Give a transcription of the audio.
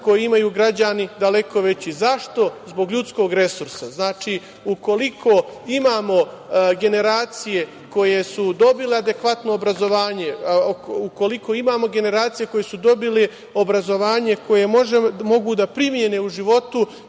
koji imaju građani daleko veći. Zašto? Zbog ljudskog resursa. Znači, ukoliko imamo generacije koje su dobile adekvatno obrazovanje, ukoliko imamo generacije koje su dobile obrazovanje koje mogu da primene u životu